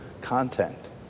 content